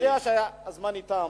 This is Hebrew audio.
אני יודע שזמני תם.